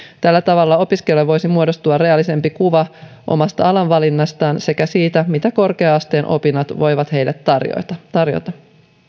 tällä tavalla opiskelijalle voisi muodostua realistisempi kuva omasta alavalinnastaan sekä siitä mitä korkea asteen opinnot voivat heille tarjota tarjota